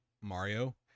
Mario